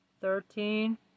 thirteen